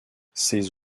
ces